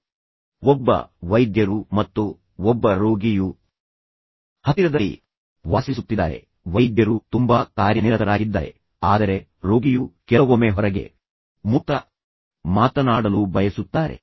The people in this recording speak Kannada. ಈ ಸರಳ ಉದಾಹರಣೆಯನ್ನು ತೆಗೆದುಕೊಳ್ಳಿ ಒಬ್ಬ ವೈದ್ಯರು ಮತ್ತು ಒಬ್ಬ ರೋಗಿಯು ಹತ್ತಿರದ ಸಮೀಪದಲ್ಲಿ ವಾಸಿಸುತ್ತಿದ್ದಾರೆ ವೈದ್ಯರು ತುಂಬಾ ಕಾರ್ಯನಿರತರಾಗಿದ್ದಾರೆ ಆದರೆ ರೋಗಿಯು ಕೆಲವೊಮ್ಮೆ ಹೊರಗೆ ಮುಕ್ತವಾಗಿ ಮಾತನಾಡಲು ಬಯಸುತ್ತಾರೆ